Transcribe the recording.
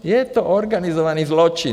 Je to organizovaný zločin.